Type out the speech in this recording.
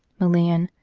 milan,